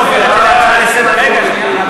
ברגע שהשר עלה, חייבים להצביע.